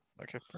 okay